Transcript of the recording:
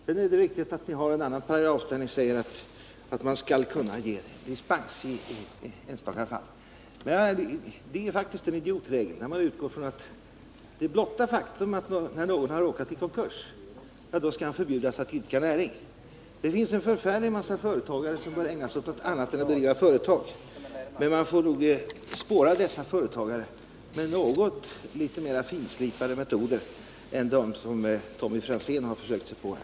Sedan är det riktigt att ni har en annan paragraf, där ni säger att man skall kunna ge dispens i enstaka fall. Men det är faktiskt en idiotregel, när man utgår från att blotta faktum att någon råkat gå i konkurs skall innebära att han förbjuds att idka näring. Det finns en förfärlig massa företagare som bör ägna sig åt någonting annat än att driva företag, men man får nog spåra dessa företagare med något mer finslipade metoder än dem som Tommy Franzén försökt sig på här.